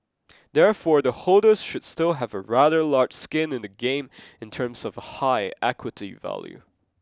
therefore the holders should still have a rather large skin in the game in terms of a high equity value